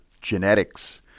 genetics